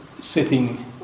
sitting